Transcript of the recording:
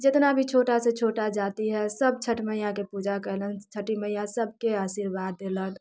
जितना भी छोटा से छोटा जाति है सभ छठि मैयाके पूजा कयलनि छठि मैया सभके आशीर्वाद देलनि